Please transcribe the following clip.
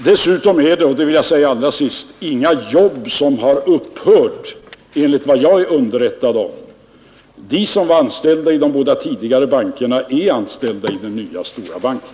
Dessutom är det — och det vill jag säga allra sist — inga jobb som har upphört, enligt vad jag är underrättad om. De som var anställda i de båda tidigare bankerna är anställda av den nya stora banken.